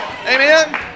amen